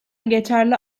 geçerli